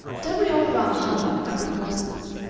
don't we all rather humbug about the coarseness?